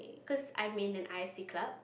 cause I'm in an I_C club